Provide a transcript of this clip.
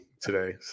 today